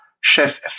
Chef